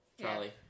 Charlie